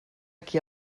qui